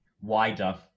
wider